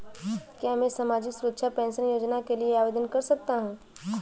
क्या मैं सामाजिक सुरक्षा पेंशन योजना के लिए आवेदन कर सकता हूँ?